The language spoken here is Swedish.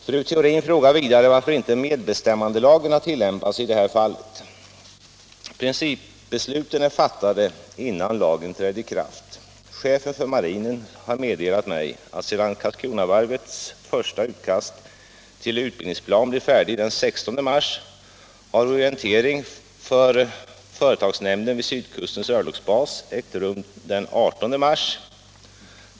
Fru Theorin frågar vidare varför inte medbestämmandelagen har tilllämpats i det här fallet. Principbesluten är fattade innan lagen trädde i kraft. Chefen för marinen har meddelat mig att sedan Karlskronavarvets första utkast till utbildningsplan blev färdig den 16 mars har orientering av företagsnämnden vid Sydkustens örlogsbas ägt rum den 18 mars.